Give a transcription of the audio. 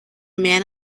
man